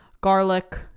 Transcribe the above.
garlic